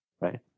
right